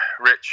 rich